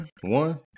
One